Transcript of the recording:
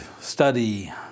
study